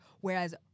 whereas